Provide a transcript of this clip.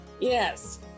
Yes